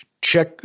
check –